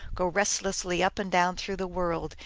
go restlessly up and down through the world,